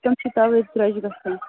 تِم چھِ تَوے سرٛۄجہِ گژھان